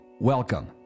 Welcome